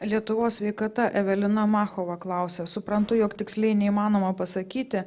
lietuvos sveikata evelina machova klausia suprantu jog tiksliai neįmanoma pasakyti